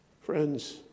friends